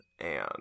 and-